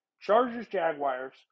Chargers-Jaguars